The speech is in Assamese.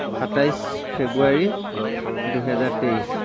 সাতাইছ ফেব্ৰুৱাৰী দুহেজাৰ তেইছ